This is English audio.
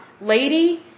Lady